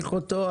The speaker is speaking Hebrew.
שנמשיך אותו,